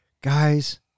Guys